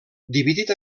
dividit